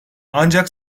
ancak